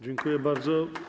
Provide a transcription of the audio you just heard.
Dziękuję bardzo.